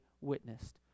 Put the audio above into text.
witnessed